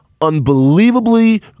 unbelievably